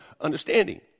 understanding